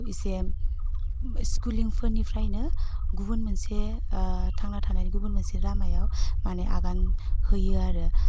एसे स्कुलिंफोरनिफ्रायनो गुबुन मोनसे थांना थानायनि गुबुन मोनसे लामायाव माने आगान होयो आरो